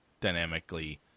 dynamically